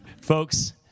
Folks